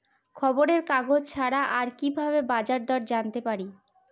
খবরের কাগজ ছাড়া আর কি ভাবে বাজার দর জানতে পারি?